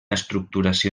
estructuració